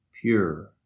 pure